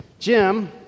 Jim